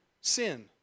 sin